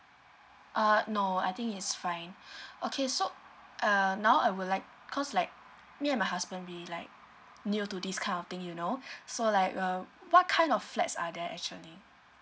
uh no I think it's fine okay so err now I would like cause like me and my husband we like new to this kind of thing you know so like um what kind of flats are there actually